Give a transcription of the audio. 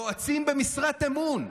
יועצים במשרת אמון.